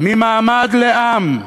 ממעמד לעם,